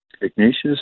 Ignatius